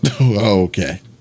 okay